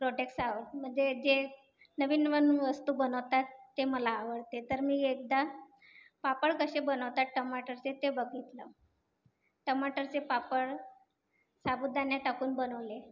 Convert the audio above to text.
products आ म्हणजे जे नवीन नवीन वस्तू बनवतात ते मला आवडते तर मी एकदा पापड कसे बनवतात टमाटरचे ते बघितलं टमाटरचे पापड साबुदाना टाकून बनवले